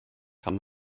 kann